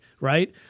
Right